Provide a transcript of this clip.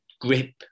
grip